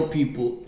people